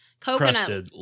Coconut